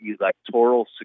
electoral